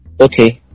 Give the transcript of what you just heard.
Okay